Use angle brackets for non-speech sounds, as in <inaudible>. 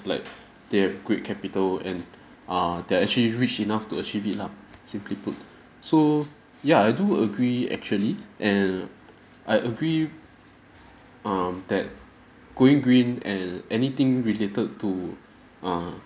like they have great capital and <breath> err they're actually rich enough to achieve it lah simply put so ya I do agree actually and I agree um that going green and anything related to err